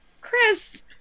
chris